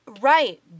Right